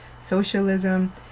socialism